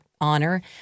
honor